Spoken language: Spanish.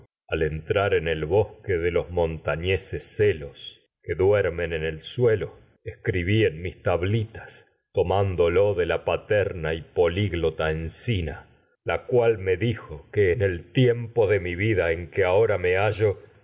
al entrar duermen de en en bosque suelo de los escribí montañeses en que en el mis tablitas tomándolos me la paterna y poliglota encina en que la cual dijo que el tiempo de mi solución de vida ahora me hallo